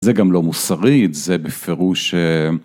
זה גם לא מוסרי זה בפירוש.